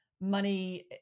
money